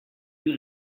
you